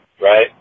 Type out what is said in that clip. right